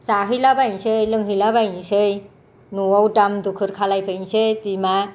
जाहैलाबायनोसै लोंहैलाबायनोसै न'आव दाम दुखुर खालामफैनोसै बिमा